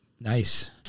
Nice